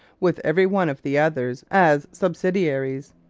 with every one of the others as subsidiaries.